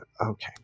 Okay